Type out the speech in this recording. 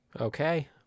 okay